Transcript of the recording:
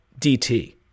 DT